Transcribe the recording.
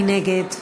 מי נגד?